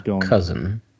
cousin